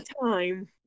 time